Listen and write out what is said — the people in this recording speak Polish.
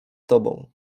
tobą